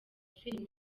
film